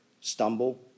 stumble